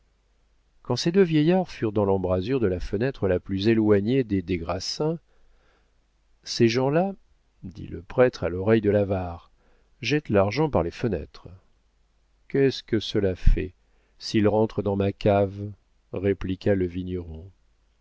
quand ces deux vieillards furent dans l'embrasure de la fenêtre la plus éloignée des des grassins ces gens-là dit le prêtre à l'oreille de l'avare jettent l'argent par les fenêtres qu'est-ce que cela fait s'il rentre dans ma cave répliqua le vigneron